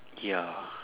ya